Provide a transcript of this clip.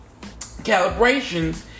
Calibrations